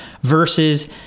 versus